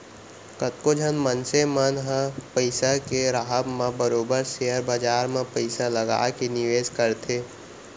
कतको झन मनसे मन ह पइसा के राहब म बरोबर सेयर बजार म पइसा लगा के निवेस करथे